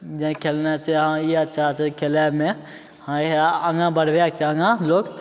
जेना खेलने छै हँ ई अच्छा छै खेलेमे आगाँ बढबेके छै आगाँ लोग